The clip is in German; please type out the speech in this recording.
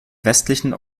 westlichen